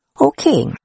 Okay